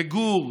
בגור,